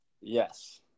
yes